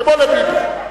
כמו לביבי.